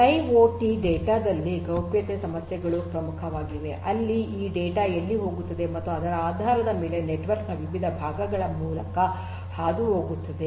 IIoT data ದಲ್ಲಿ ಗೌಪ್ಯತೆ ಸಮಸ್ಯೆಗಳು ಪ್ರಮುಖವಾಗಿವೆ ಅಲ್ಲಿ ಈ ಡೇಟಾ ಎಲ್ಲಿಗೆ ಹೋಗುತ್ತದೆ ಮತ್ತು ಅದರ ಆಧಾರದ ಮೇಲೆ ನೆಟ್ವರ್ಕ್ ನ ವಿವಿಧ ಭಾಗಗಳ ಮೂಲಕ ಅದು ಹೋಗುತ್ತದೆ